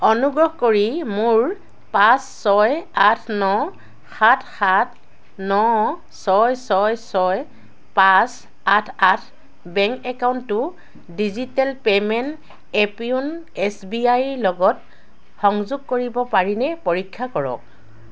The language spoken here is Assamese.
অনুগ্ৰহ কৰি মোৰ পাঁচ ছয় আঠ ন সাত সাত ন ছয় ছয় ছয় পাঁচ আঠ আঠ বেংক একাউণ্টটো digital payment app YONO S B I ৰ লগত সংযোগ কৰিব পাৰিনে পৰীক্ষা কৰক